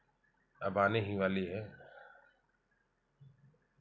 अब आने ही वाली है